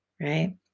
right